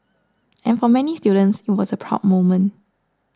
and for many students it was a proud moment